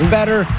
better